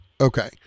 Okay